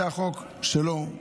זה החוק שלו.